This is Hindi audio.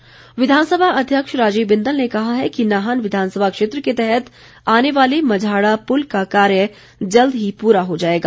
बिंदल विधानसभा अध्यक्ष राजीव बिंदल ने कहा है कि नाहन विधानसभा क्षेत्र के तहत आने वाले मझाड़ा पुल का कार्य जल्द ही पूरा हो जाएगा